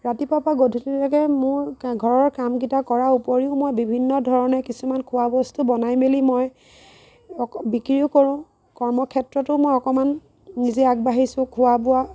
ৰাতিপুৱাৰ পৰা গধূলিলৈকে মোৰ ঘৰৰ কামকেইটা কৰাৰ উপৰিও মই বিভিন্ন ধৰণে কিছুমান খোৱা বস্তু বনাই মেলি মই অক বিক্ৰীও কৰোঁ কৰ্মক্ষেত্ৰতো মই অকণমান নিজেই আগবাঢ়িছোঁ খোৱা বোৱা